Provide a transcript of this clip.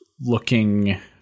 looking